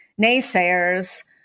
naysayers